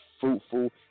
fruitful